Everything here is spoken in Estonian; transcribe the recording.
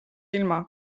ilma